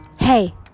Hey